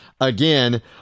again